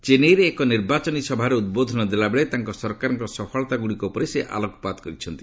ଚେନ୍ୱାଇରେ ଏକ ନିର୍ବାଚନୀ ସଭାରେ ଉଦ୍ବୋଧନ ଦେଲାବେଳେ ତାଙ୍କ ସରକାରଙ୍କ ସଫଳତା ଗୁଡ଼ିକ ଉପରେ ସେ ଆଲୋକପାତ କରିଛନ୍ତି